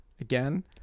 again